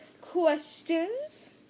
questions